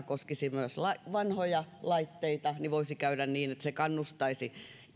koskisi myös vanhoja laitteita voisi käydä niin että se kannustaisi